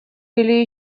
или